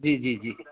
جی جی جی